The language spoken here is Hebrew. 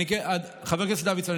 חבר הכנסת דוידסון,